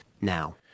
now